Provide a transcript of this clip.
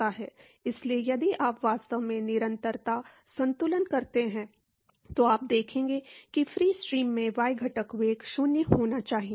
इसलिए यदि आप वास्तव में निरंतरता संतुलन करते हैं तो आप देखेंगे कि फ्री स्ट्रीम में y घटक वेग 0 होना चाहिए